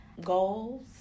goals